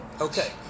okay